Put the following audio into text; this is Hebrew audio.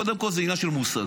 קודם כול, זה עניין של מושג.